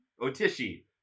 Otishi